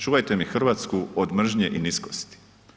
Čuvajte mi Hrvatsku od mržnje i niskost.